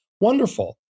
wonderful